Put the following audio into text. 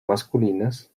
masculinas